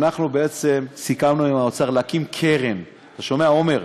אנחנו סיכמנו עם האוצר להקים קרן, אתה שומע, עמר?